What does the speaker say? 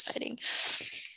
exciting